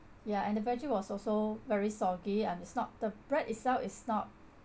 ya and the veggie was also very soggy and it's not the bread itself is not